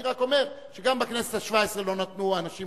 אני רק אומר שגם בכנסת השבע-עשרה לא נתנו אנשים